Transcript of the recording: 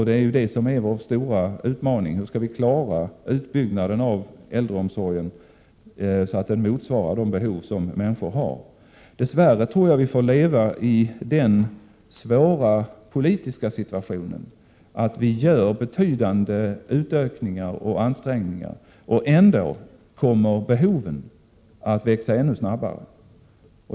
Det är ju det som är vår stora utmaning: Hur skall vi klara utbyggnaden om äldreomsorgen så att den motsvarar de behov som människor har? Dess värre tror jag vi får leva i den svåra politiska situationen att vi gör betydande utökningar och ansträngningar, men ändå kommer behoven att växa ännu snabbare.